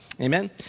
Amen